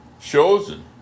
chosen